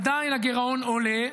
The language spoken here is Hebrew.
עדיין הגירעון עולה.